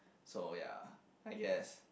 so ya I guess